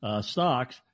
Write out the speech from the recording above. stocks